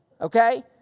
okay